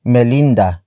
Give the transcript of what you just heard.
Melinda